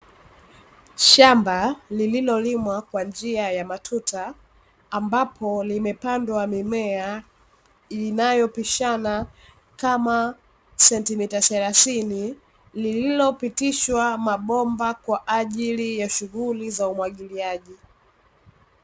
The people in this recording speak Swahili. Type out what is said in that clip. Shamba lililolimwa kwa njia ya matuta, ambapo limepandwa mimea inayopishana kama sentimita thelathini; lililopitishwa mabomba kwa ajili ya shughuli za umwagiliaji.